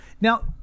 Now